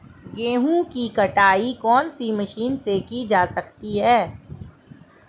गेहूँ की कटाई कौनसी मशीन से की जाती है?